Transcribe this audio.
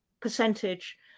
percentage